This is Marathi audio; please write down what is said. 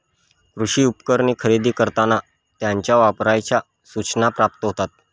कृषी उपकरणे खरेदी करताना त्यांच्या वापराच्या सूचना प्राप्त होतात